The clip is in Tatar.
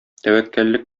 тәвәккәллек